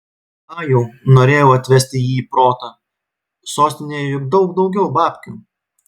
ajau norėjau atvesti jį į protą sostinėje juk daug daugiau babkių